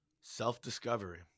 Self-Discovery